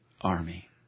army